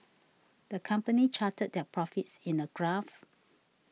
the company charted their profits in a graph